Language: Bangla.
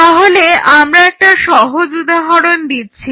তাহলে আমরা একটা সহজ উদাহরণ দিচ্ছি